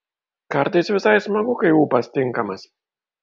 kartais visai smagu kai ūpas tinkamas